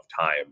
time